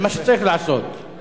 זה מה שצריך לעשות,